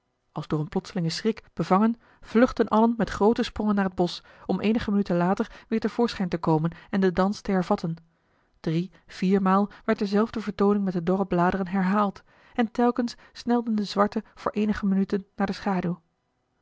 als door een plotselingen schrik bevangen vluchtten allen met groote sprongen naar het bosch om eenige minuten later weer te voorschijn te komen en den dans te hervatten drie viermaal werd dezelfde vertooning met de dorre bladeren herhaald en telkens snelden de zwarten voor eenige minuten naar de schaduw